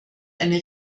eine